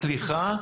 סליחה,